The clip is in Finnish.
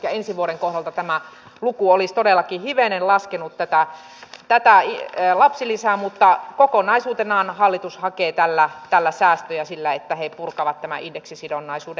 elikkä ensi vuoden kohdalta tämä luku olisi todellakin hivenen laskenut tätä lapsilisää mutta kokonaisuutenaan hallitus hakee tällä säästöjä sillä että he purkavat tämän indeksisidonnaisuuden